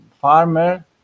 farmer